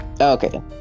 Okay